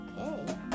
Okay